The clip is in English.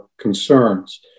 concerns